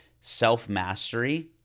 self-mastery